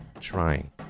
trying